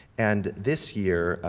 and this year,